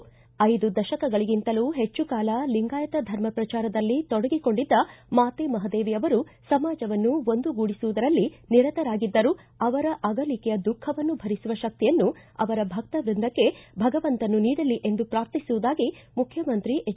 ಐದು ದಶಕಗಳಿಗಿಂತಲೂ ಹೆಚ್ಚು ಕಾಲ ಲಿಂಗಾಯತ ಧರ್ಮ ಪ್ರಚಾರದಲ್ಲಿ ತೊಡಗಿಕೊಂಡಿದ್ದ ಮಾತೆ ಮಹಾದೇವಿ ಅವರು ಸಮಾಜವನ್ನು ಒಂದುಗೂಡಿಸುವುದರಲ್ಲಿ ನಿರತರಾಗಿದ್ದರು ಅವರ ಅಗಲಿಕೆಯ ದುಃಖವನ್ನು ಭರಿಸುವ ಶಕ್ತಿಯನ್ನು ಅವರ ಭಕ್ತವರ್ಗಕ್ಕೆ ಭಗವಂತನು ನೀಡಲಿ ಎಂದು ಪೂರ್ಥಿಸುವುದಾಗಿ ಮುಖ್ಯಮಂತ್ರಿ ಎಚ್